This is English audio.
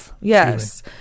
Yes